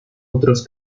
otros